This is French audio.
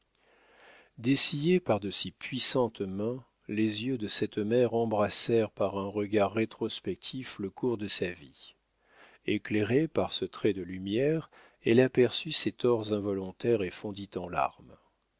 dessillés par de si puissantes mains les yeux de cette mère embrassèrent par un regard rétrospectif le cours de sa vie éclairée par ce trait de lumière elle aperçut ses torts involontaires et fondit en larmes